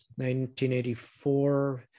1984